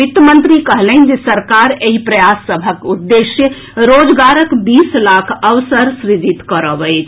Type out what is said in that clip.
वित्त मंत्री कहलनि जे सरकार एहि प्रयास सभक उद्देश्य रोजगारक बीस लाख अवसर सृजित करब अछि